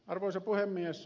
arvoisa puhemies